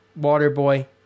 Waterboy